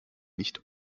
nicht